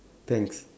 thanks